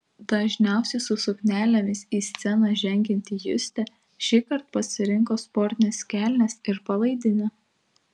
dažniausiai su suknelėmis į sceną žengianti justė šįkart pasirinko sportines kelnes ir palaidinę